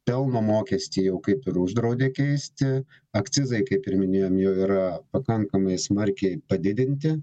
pelno mokestį jau kaip ir uždraudė keisti akcizai kaip ir minėjom jau yra pakankamai smarkiai padidinti